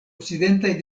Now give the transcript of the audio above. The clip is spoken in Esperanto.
okcidentaj